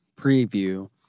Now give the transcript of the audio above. Preview